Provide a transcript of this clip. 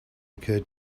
occurred